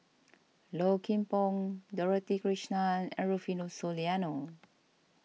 Low Kim Pong Dorothy Krishnan and Rufino Soliano